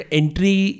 entry